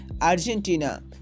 Argentina